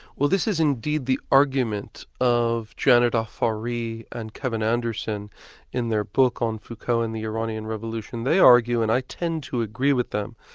well this is indeed the argument of janet afary and kevin anderson in their book, foucault and the iranian revolution. they argue, and i tend to agree with them,